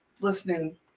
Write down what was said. listening